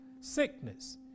sickness